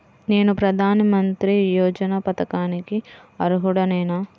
నేను ప్రధాని మంత్రి యోజన పథకానికి అర్హుడ నేన?